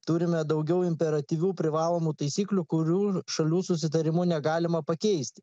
turime daugiau imperatyvių privalomų taisyklių kurių šalių susitarimu negalima pakeisti